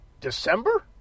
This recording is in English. December